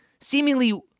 seemingly